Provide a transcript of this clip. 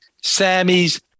Sammy's